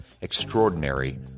Extraordinary